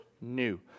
new